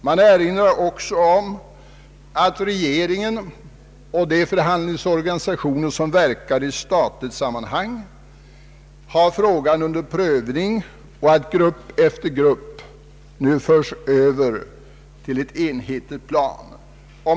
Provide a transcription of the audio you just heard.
Man erinrar också om att regeringen och de förhandlingsorganisationer som verkar i statligt sammanhang har frågan under prövning och att grupp efter grupp nu förs över till ett enhetligt plan.